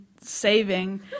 saving